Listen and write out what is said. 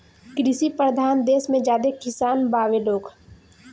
कृषि परधान देस मे ज्यादे किसान बावे लोग